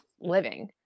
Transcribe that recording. living